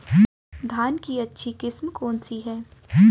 धान की अच्छी किस्म कौन सी है?